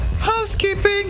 housekeeping